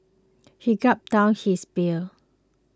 he gulped down his beer